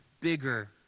bigger